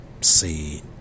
see